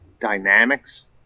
dynamics